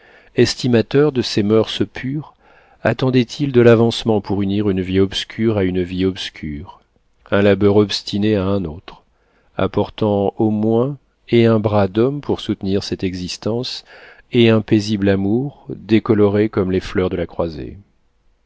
estimateur de ses moeurs pures attendait il de l'avancement pour unir une vie obscure à une vie obscure un labeur obstiné à un autre apportant au moins et un bras d'homme pour soutenir cette existence et un paisible amour décoloré comme les fleurs de sa croisée